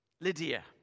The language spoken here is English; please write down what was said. Lydia